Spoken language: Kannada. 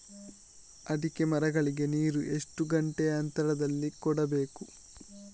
ಅಡಿಕೆ ಮರಗಳಿಗೆ ನೀರು ಎಷ್ಟು ಗಂಟೆಯ ಅಂತರದಲಿ ಕೊಡಬೇಕು?